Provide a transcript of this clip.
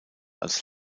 als